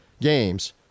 games